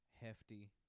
hefty